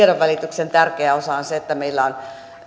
tiedonvälityksen tärkeä osa on se että meillä on